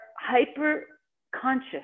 hyper-conscious